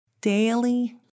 daily